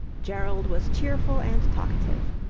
gerald was cheerful and talkative.